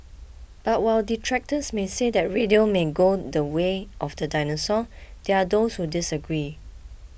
but while detractors may say that radio may go the way of the dinosaur there are those who disagree